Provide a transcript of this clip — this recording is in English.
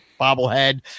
bobblehead